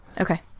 okay